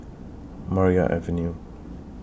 Maria Avenue